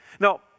Now